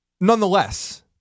nonetheless